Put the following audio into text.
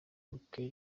michael